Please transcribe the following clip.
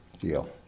deal